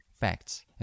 facts